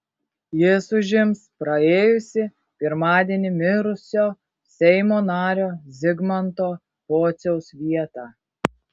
jis užims praėjusį pirmadienį mirusio seimo nario zigmanto pociaus vietą